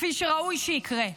כפי שראוי שיקרה?